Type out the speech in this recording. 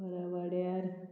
खरा वाड्यार